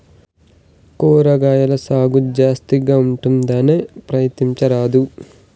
కూరగాయల సాగు జాస్తిగా ఉంటుందన్నా, ప్రయత్నించరాదూ